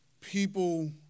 People